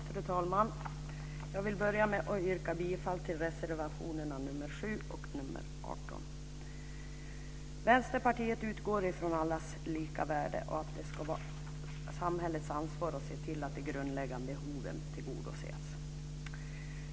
Fru talman! Jag vill börja med att yrka bifall till reservationerna nr 7 och 18. Vänsterpartiet utgår ifrån allas lika värde och att det ska vara samhällets ansvar att se till att de grundläggande behoven tillgodoses.